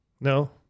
No